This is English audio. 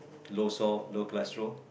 low salt low cholesterol